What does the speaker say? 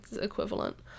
equivalent